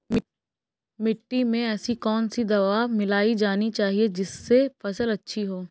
मिट्टी में ऐसी कौन सी दवा मिलाई जानी चाहिए जिससे फसल अच्छी हो?